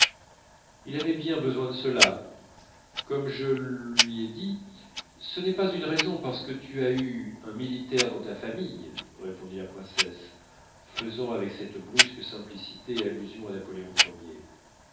il avait besoin de cela comme je lui ai dit ce n'est pas une raison parce que tu as eu un militaire dans ta famille répondit la princesse faisant avec cette brusque simplicité allusion à napoléon